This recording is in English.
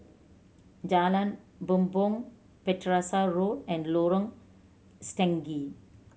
Jalan Bumbong Battersea Road and Lorong Stangee